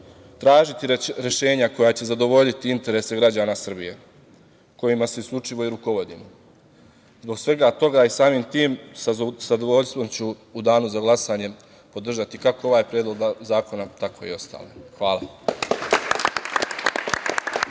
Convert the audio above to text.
tražiti rešenja koja će zadovoljiti interese građana Srbije, kojima se isključivo i rukovodimo. Zbog svega toga i samim tim, sa zadovoljstvom ću u danu za glasanje podržati kako ovaj predlog zakona tako i ostale. Hvala.